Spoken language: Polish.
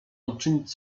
uczynić